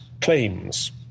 claims